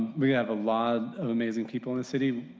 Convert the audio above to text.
we have a lot of amazing people in the city.